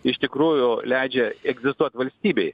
iš tikrųjų leidžia egzistuot valstybei